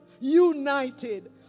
united